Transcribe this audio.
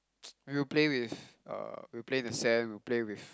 and we'll play with uh we'll play in the sand we'll play with